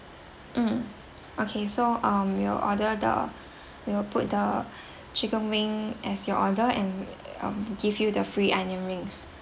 um okay so um we'll order the we will put the chicken wing as your order and give you the free onion rings